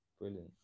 Brilliant